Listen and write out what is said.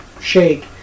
shake